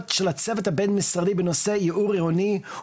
של הצוות הבין-משרדי בנושא ייעור עירוני,